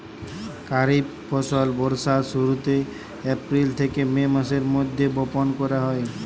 খরিফ ফসল বর্ষার শুরুতে, এপ্রিল থেকে মে মাসের মধ্যে বপন করা হয়